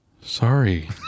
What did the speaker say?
Sorry